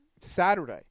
Saturday